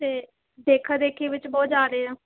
ਤੇ ਦੇਖਾ ਦੇਖੀ ਵਿੱਚ ਬਹੁਤ ਜਾ ਰਹੇ ਆ